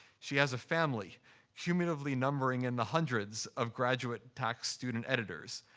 she has a family cumulatively numbering in the hundreds of graduate tax student editors.